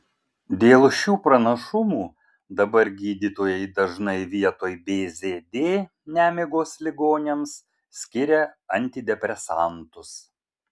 dėl šių pranašumų dabar gydytojai dažnai vietoj bzd nemigos ligoniams skiria antidepresantus